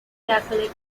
catholic